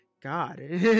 God